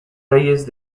reyes